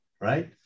right